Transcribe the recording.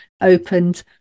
opened